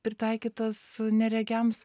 pritaikytos neregiams